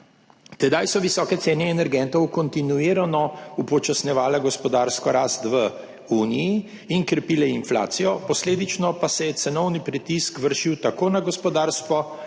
Tedaj so visoke cene energentov kontinuirano upočasnjevale gospodarsko rast v Uniji in krepile inflacijo, posledično pa se je cenovni pritisk vršil tako na gospodinjstva